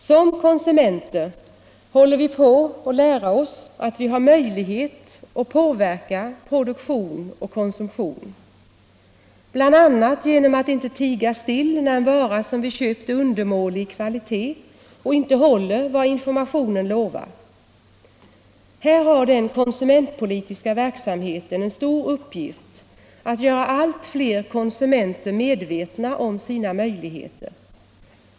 Som konsumenter håller vi på att lära oss att vi har möjlighet att påverka produktion och konsumtion, bl.a. genom att inte tiga still när en vara som vi köpt är undermålig i kvalitet och inte håller vad informationen lovar. Här har den konsumentpolitiska verksamheten en stor uppgift när det gäller att göra allt fler konsumenter medvetna om sina möjligheter.